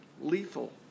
lethal